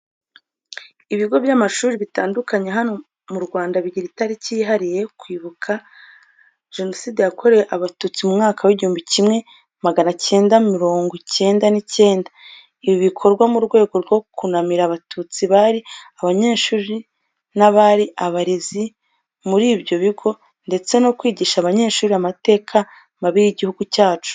Ibigo by'amashuri bitandukanye hano mu Rwanda bigira itariki yihariye yo kwibuka Jenoside yakorewe Abatutsi mu mwaka w'igihumbi kimwe magana cyenda murongo icyenda n'icyenda. Ibi bikorwa mu rwego rwo kunamira Abatutsi bari abanyeshuri n'abari abarezi muri ibyo bigo ndetse no kwigisha abanyeshuri amateka mabi y'igihugu cyacu.